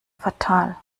fatal